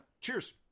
Cheers